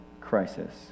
crisis